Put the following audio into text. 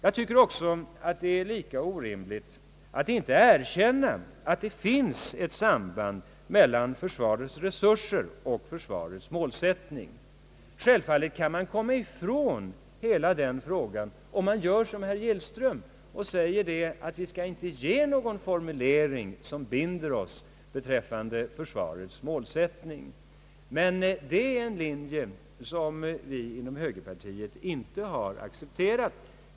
Jag tycker också att det är lika orimligt att inte erkänna, att det finns ett samband mellan försvarets resurser och försvarets målsättning. Självfallet kan man komma ifrån hela den frågan, om man gör som herr Gillström — som säger att vi inte skall göra någon formulering som binder oss beträffande målsättningen. Det är emellertid en linje som vi inom högerpartiet inte har accepterat.